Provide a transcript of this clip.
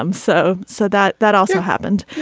um so so that that also happened.